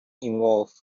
involved